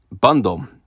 bundle